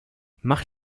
mach